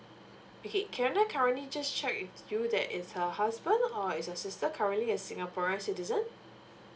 okay can I currently just check with you that is her husband or your sister currently a singaporean citizen